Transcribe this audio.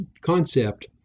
concept